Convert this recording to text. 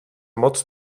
moc